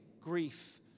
grief